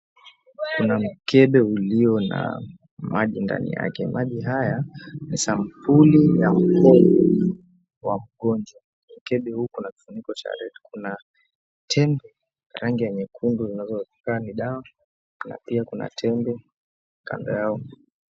Kuna mkebe ulio na maji ndani yake. Maji haya ni sampuli ya wa mgonjwa. Mkebe huku una kifuniko cha red kuna tembe rangi ya nyekundu linazotoka ni dawa na pia kuna tembe kanda yao.